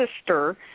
sister